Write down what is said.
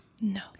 no